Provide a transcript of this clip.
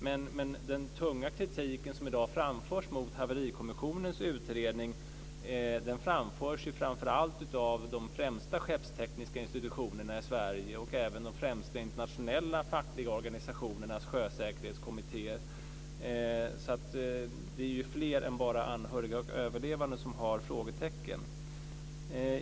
Men den tunga kritiken i dag mot Haverikommissionens utredning framförs ju framför allt av de främsta skeppstekniska institutionerna i Sverige och även de främsta internationella fackliga organisationernas sjösäkerhetskommittéer, så det är ju fler än bara anhöriga och överlevande som har frågetecken.